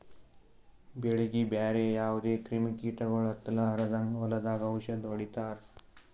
ಬೆಳೀಗಿ ಬ್ಯಾರೆ ಯಾವದೇ ಕ್ರಿಮಿ ಕೀಟಗೊಳ್ ಹತ್ತಲಾರದಂಗ್ ಹೊಲದಾಗ್ ಔಷದ್ ಹೊಡಿತಾರ